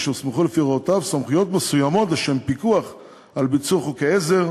אשר הוסמכו לפי הוראותיו סמכויות מסוימות לשם פיקוח על ביצוע חוקי עזר.